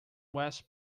west